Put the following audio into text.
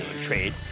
trade